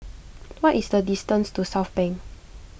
what is the distance to Southbank